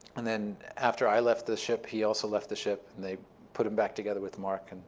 and then after i left the ship, he also left the ship, and they put him back together with marc, and